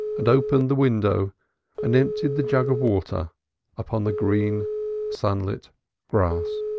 and opened the window and emptied the jug of water upon the green sunlit grass.